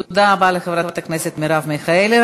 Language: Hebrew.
תודה רבה לחברת הכנסת מרב מיכאלי.